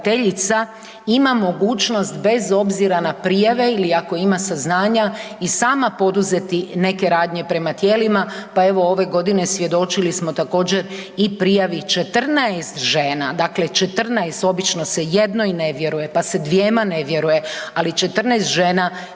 ima mogućnost bez obzira na prijave ili ako ima saznanja, i sama poduzeti neke radnje prema tijelima, pa evo ove godine svjedočili smo također i prijavi 14 žena, dakle 14, obično se jednoj ne vjeruje, pa se dvjema ne vjeruje, ali 14 žena